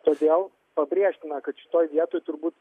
todėl pabrėžtina kad šitoj vietoj turbūt